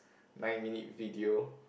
nine minute video